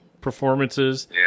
performances